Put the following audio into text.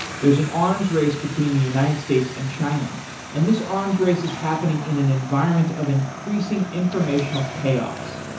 there's an arms race between the united states and china and this arms race is happening in an environment of increasing informational chaos.